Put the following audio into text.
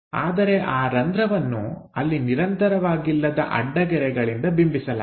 ಆದರೆ ಆ ರಂಧ್ರ ವನ್ನು ಅಲ್ಲಿ ನಿರಂತರವಾಗಿಲ್ಲದ ಅಡ್ಡಗೆರೆಗಳಿಂದ ಬಿಂಬಿಸಲಾಗಿದೆ